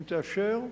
אם תאפשר,